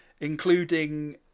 including